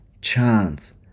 Chance